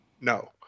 No